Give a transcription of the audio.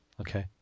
Okay